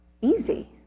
easy